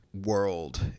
world